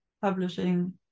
publishing